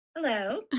Hello